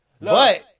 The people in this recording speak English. But-